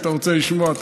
אם אתה רוצה לשמוע,